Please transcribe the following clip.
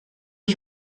ich